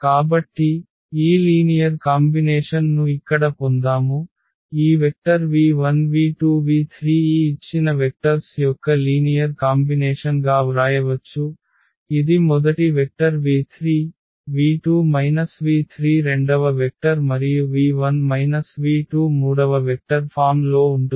కాబట్టి ఈ linear combination ను ఇక్కడ పొందాము ఈ వెక్టర్ v1 v2 v3 ఈ ఇచ్చిన వెక్టర్స్ యొక్క లీనియర్ కాంబినేషన్ గా వ్రాయవచ్చు ఇది మొదటి వెక్టర్ v3 v2 v3రెండవ వెక్టర్ మరియు v1 v2 మూడవ వెక్టర్ ఫామ్ లో ఉంటుంది